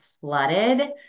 flooded